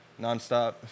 Nonstop